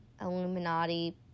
Illuminati